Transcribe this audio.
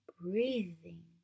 breathing